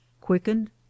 quickened